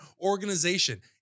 organization